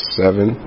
seven